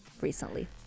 recently